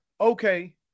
okay